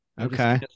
Okay